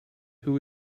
who